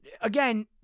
again